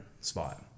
spot